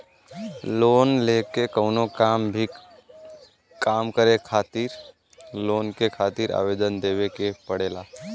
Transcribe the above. loan लेके कउनो भी काम करे खातिर लोन के खातिर आवेदन देवे के पड़ला